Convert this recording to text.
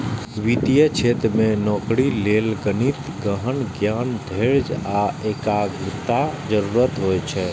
वित्तीय क्षेत्र मे नौकरी लेल गणितक गहन ज्ञान, धैर्य आ एकाग्रताक जरूरत होइ छै